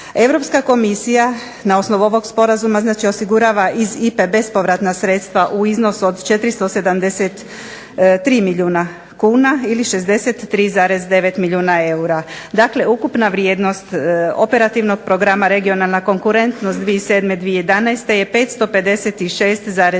Europska komisija na osnovu ovog sporazuma osigurava iz IPA-e bespovratna sredstva u iznosu od 473 milijuna kuna ili 63,9 milijuna eura, dakle, ukupna vrijednost operativnog programa, regionalna konkurentnost 2007., 2011. je 556,4 milijuna